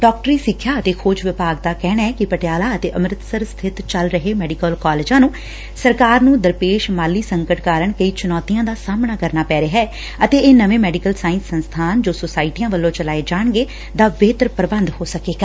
ਡਾਕਟਰੀ ਸਿੱਖਿਆ ਅਤੇ ਖੋਜ ਵਿਭਾਗ ਦਾ ਕਹਿਣੈ ਕਿ ਪਟਿਆਲਾ ਅਤੇ ਅੰਮੁਤਸਰ ਸਬਿਤ ਚੱਲ ਰਹੇ ਮੈਡੀਕਲ ਕਾਲਜਾਂ ਨੰ ਸਰਕਾਰ ਨੂੰ ਦਰਪੇਸ਼ ਮਾਲੀ ਸੰਕਟ ਕਾਰਨ ਕਈ ਚੁਣੌਤੀਆਂ ਦਾ ਸਾਹਮਣਾ ਕਰਨਾਂ ਪੈ ਰਿਹੈ ਅਤੇ ਇਹ ਨਵੇਂ ਮੈਡੀਕਲ ਸਾਇੰਸ ਸੰਸਥਾਨ ਜੋ ਸੋਸਾਇਟੀਆਂ ਵੱਲੋਂ ਚਲਾਏ ਜਾਣਗੇ ਦਾ ਬਿਹਤਰ ਪੁਬੰਧ ਹੋ ਸਕੇਗਾ